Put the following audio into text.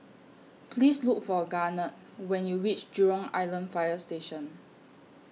Please Look For Garnet when YOU REACH Jurong Island Fire Station